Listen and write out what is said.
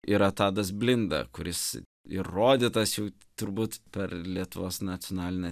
yra tadas blinda kuris ir rodytas jau turbūt per lietuvos nacionalinę